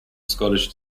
scottish